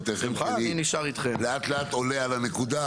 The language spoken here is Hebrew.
אני לאט לאט עולה על הנקודה,